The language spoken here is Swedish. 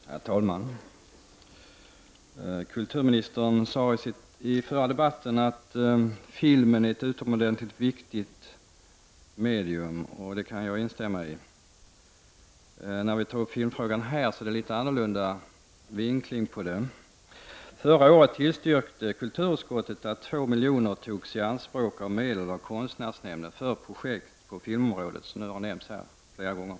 Herr talman! Kulturministern sade i den förra debatten att film är ett utomordentligt viktigt medium, och det kan jag instämma i. Det är litet annorlunda vinkling på den frågan när vi nu tar upp den till diskussion. Förra året tillstyrkte kulturutskottet att 2 milj.kr. av medlen togs i anspråk av konstnärsnämnden för projekt på filmområdet som nu har nämnts här flera gånger.